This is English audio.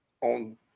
on